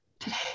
today